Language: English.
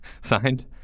Signed